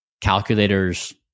calculators